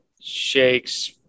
shakes